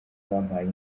bampaye